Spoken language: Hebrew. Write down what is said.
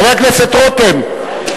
חבר הכנסת רותם,